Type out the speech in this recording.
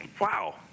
wow